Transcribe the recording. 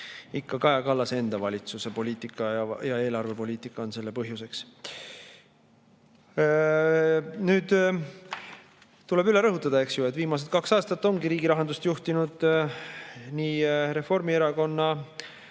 Ikka Kaja Kallase enda valitsuse poliitika ja eelarvepoliitika on selle põhjus. Tuleb üle rõhutada, et viimased kaks aastat ongi riigi rahandust juhtinud nii Reformierakonna